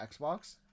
Xbox